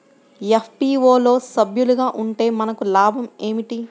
FPO లో సభ్యులుగా ఉంటే మనకు లాభం ఏమిటి?